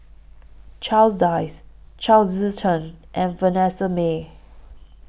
Charles Dyce Chao Tzee Cheng and Vanessa Mae